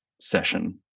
session